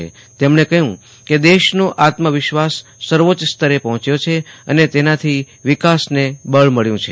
પ્રધાનમંત્રીએ કહ્યું કે દેશનો આત્મવિશ્વાસ સર્વોચ્ચ સ્તરૈ પહોંચ્યો છે અને તેનાથી વિકાસને બળ મળ્યું છે